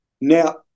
now